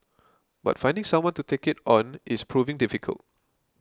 but finding someone to take it on is proving difficult